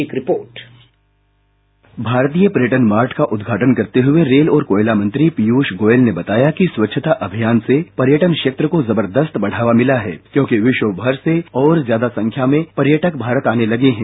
एक रिपोर्ट भारतीय पर्यटन मॉर्ट का उद्घाटन करते हुए रेल और कोयला मंत्री पीयूष गोयल ने बताया कि स्वच्छता अभियान से पर्यटन क्षेत्र को जबर्दस्त बढ़ावा मिला है क्योंकि विश्व भर से और ज्यादा संख्या में पर्यटक भारत आने लगे हैं